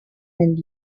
and